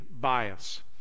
bias